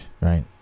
right